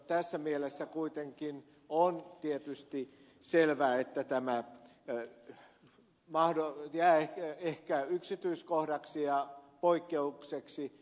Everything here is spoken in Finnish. tässä mielessä kuitenkin on tietysti selvää että tämä jää ehkä yksityiskohdaksi ja poikkeukseksi